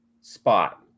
spot